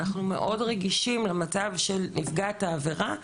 אנחנו מאוד רגישים למצב של נפגעת העבירה,